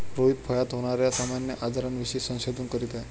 रोहित फळात होणार्या सामान्य आजारांविषयी संशोधन करीत आहे